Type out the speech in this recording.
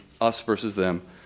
us-versus-them